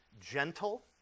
Gentle